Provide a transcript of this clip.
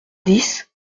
dix